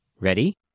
Ready